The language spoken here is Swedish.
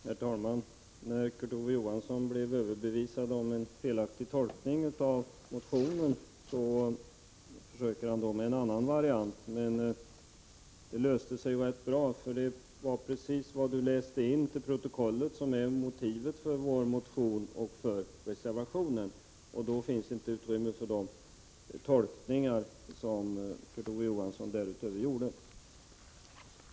Herr talman! När Kurt Ove Johansson blev överbevisad om en felaktig tolkning av motionen försökte han med en annan variant. Men det löste sig rätt bra — precis det han läste in i protokollet är motivet för vår motion och reservationen. Därmed finns det inte utrymme för de tolkningar Kurt Ove Johansson därutöver gjorde.